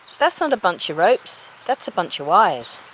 that's not a bunch of ropes that's a bunch of wires.